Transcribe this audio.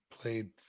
Played